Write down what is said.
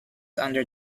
under